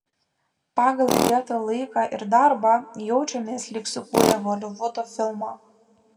pagal įdėtą laiką ir darbą jaučiamės lyg sukūrę holivudo filmą